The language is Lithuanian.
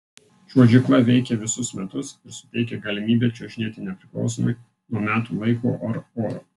čiuožykla veikia visus metus ir suteikia galimybę čiuožinėti nepriklausomai nuo metų laiko ar oro